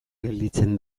gelditzen